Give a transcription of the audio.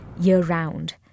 year-round